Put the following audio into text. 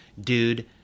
dude